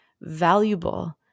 valuable